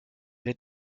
lait